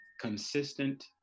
consistent